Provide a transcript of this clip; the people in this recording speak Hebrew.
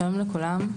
שלום לכולם,